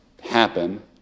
happen